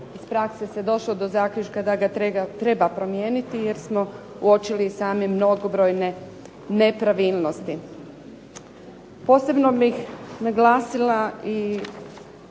iz prakse se došlo do zaključka da ga treba promijeniti jer smo uočili i sami mnogobrojne nepravilnosti. Posebno bih naglasila za